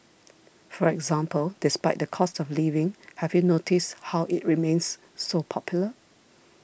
for example Despite the cost of living have you noticed how it remains so popular